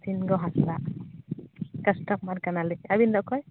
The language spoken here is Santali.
ᱥᱤᱱᱜᱚ ᱦᱟᱸᱥᱫᱟᱜ ᱠᱟᱥᱴᱚᱢᱟᱨ ᱠᱟᱱᱟᱞᱤᱧ ᱟ ᱵᱤᱱ ᱫᱚ ᱚᱠᱚᱭ